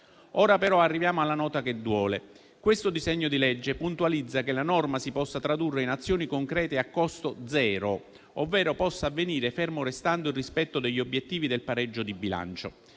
Ora però arriviamo alla nota che duole: questo disegno di legge puntualizza che la norma si possa tradurre in azioni concrete a costo zero, ovvero possa avvenire fermo restando il rispetto degli obiettivi del pareggio di bilancio